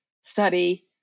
study